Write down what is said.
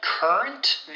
Current